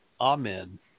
Amen